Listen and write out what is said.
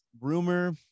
rumor